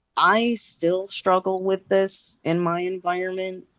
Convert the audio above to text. i still struggle with this in my environment.